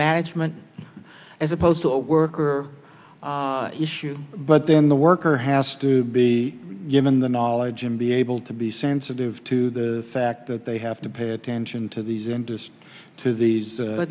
management as opposed to a worker issue but then the worker has to be given the knowledge and be able to be sensitive to the fact that they have to pay attention to these interest to these